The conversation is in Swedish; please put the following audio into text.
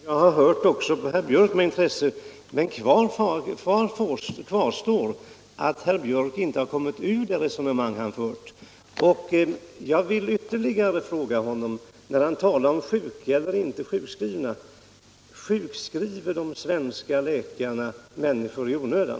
Herr talman! Jag skall med intresse läsa denna artikel, liksom jag med intresse här har lyssnat till herr Biörck. Men kvar står att herr Biörck inte har kommit ur det resonemang han fört. Jag vill än en gång fråga herr Biörck med anledning av hans parentetiska yttrande där han gjorde en skillnad mellan sjuka och sjukskrivna: Sjukskriver de svenska läkarna människor i onödan?